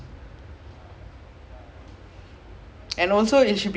ya as in ya that's true ah as in